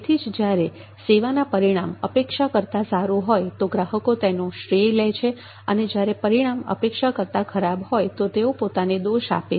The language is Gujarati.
તેથી જ જ્યારે સેવાના પરિણામ અપેક્ષા કરતાં સારું હોય તો ગ્રાહકો તેનો શ્રેય લે છે અને જ્યારે પરિણામ અપેક્ષા કરતાં ખરાબ હોય તો તેઓ પોતાને દોષ આપે છે